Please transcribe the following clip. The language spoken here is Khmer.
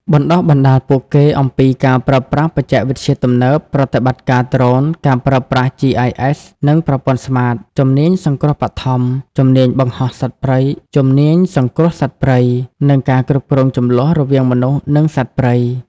បណ្តុះបណ្តាលពួកគេអំពី ការប្រើប្រាស់បច្ចេកវិទ្យាទំនើប ប្រតិបត្តិការដ្រូន ការប្រើប្រាស់ GIS និងប្រព័ន្ធ SMART ជំនាញសង្គ្រោះបឋម ជំនាញសង្គ្រោះសត្វព្រៃ និង ការគ្រប់គ្រងជម្លោះ រវាងមនុស្ស និងសត្វព្រៃ។